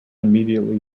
immediately